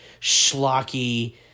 schlocky